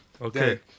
Okay